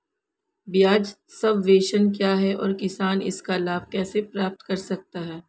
ब्याज सबवेंशन क्या है और किसान इसका लाभ कैसे प्राप्त कर सकता है?